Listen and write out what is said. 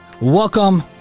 Welcome